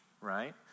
right